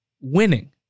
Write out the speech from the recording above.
winning